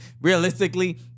realistically